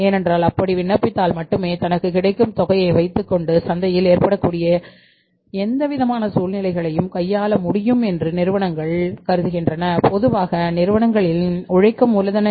ஏனென்றால் அப்படி விண்ணப்பித்தால் மட்டுமே தனக்கு கிடைக்கும் தொகையை வைத்துக் கொண்டுசந்தையில் ஏற்படக்கூடிய எந்த விதமான சூழ்நிலையையும் கையாள முடியும் என்று நிறுவனங்கள் கருதுகின்றன